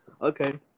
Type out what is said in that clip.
Okay